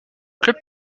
club